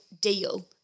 deal